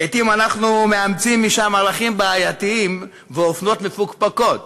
לעתים אנחנו מאמצים משם ערכים בעייתיים ואופנות מפוקפקות.